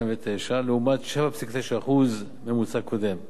לעומת 7.9% בממוצע קודם?